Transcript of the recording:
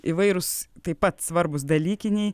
įvairūs taip pat svarbūs dalykiniai